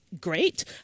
great